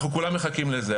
אנחנו כולנו מחכים לזה,